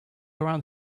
around